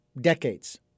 decades